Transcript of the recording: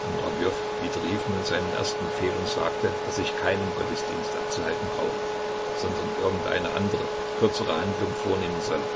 murawjow widerrief nun seinen ersten befehl und sagte daß ich keinen gottesdienst abzuhalten brauche sondern irgendeine andere kürzere handlung vornehmen solle